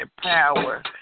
power